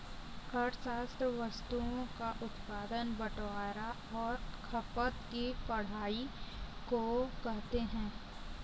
अर्थशास्त्र वस्तुओं का उत्पादन बटवारां और खपत की पढ़ाई को कहते हैं